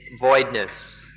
voidness